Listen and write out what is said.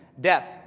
Death